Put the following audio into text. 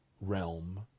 realm